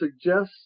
suggests